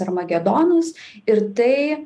armagedonas ir tai